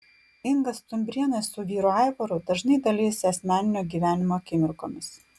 inga stumbrienė su vyru aivaru dažnai dalijasi asmeninio gyvenimo akimirkomis